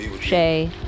Shay